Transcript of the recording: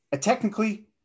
technically